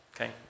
Okay